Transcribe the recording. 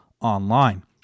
online